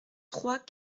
trois